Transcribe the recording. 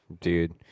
dude